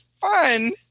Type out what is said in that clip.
fun